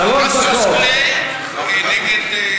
קסיוס קליי נגד,